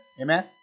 Amen